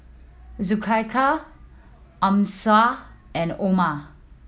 Zulaikha Amsyar and Omar